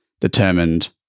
determined